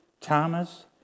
Thomas